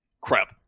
Crap